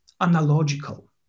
analogical